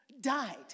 died